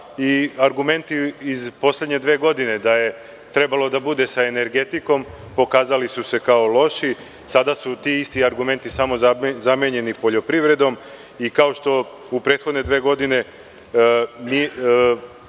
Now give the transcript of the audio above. samostalna. Argumenti iz poslednje dve godine da je trebalo da bude sa energetikom pokazali su se kao loši. Sada su ti isti argumenti samo zamenjeni poljoprivredom. Kao što u prethodne dve godine